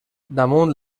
damunt